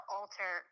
alter